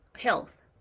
health